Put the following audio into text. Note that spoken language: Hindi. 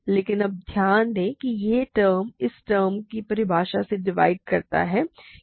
लेकिन अब ध्यान दें कि यह टर्म इस टर्म को परिभाषा से डिवाइड करता है क्योंकि यह a टाइम्स rc है